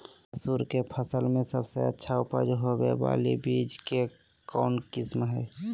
मसूर के फसल में सबसे अच्छा उपज होबे बाला बीज के कौन किस्म हय?